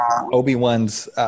Obi-Wan's